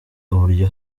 uburyo